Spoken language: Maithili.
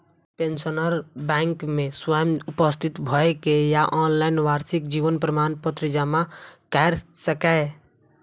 पेंशनर बैंक मे स्वयं उपस्थित भए के या ऑनलाइन वार्षिक जीवन प्रमाण पत्र जमा कैर सकैए